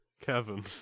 Kevin